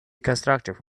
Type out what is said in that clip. constructive